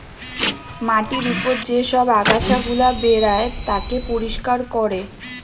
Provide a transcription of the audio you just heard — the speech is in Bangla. মাটির উপর যে সব আগাছা গুলা বেরায় তাকে পরিষ্কার কোরে